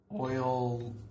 Oil